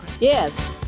Yes